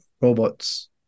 Robots